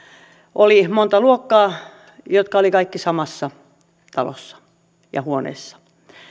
oli monta luokkaa jotka olivat kaikki samassa talossa ja huoneessa